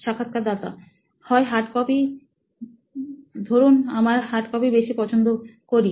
সাক্ষাৎকারদাতা হয় hard copy করুন আমার হার্ড কপি বেশি পছন্দ করি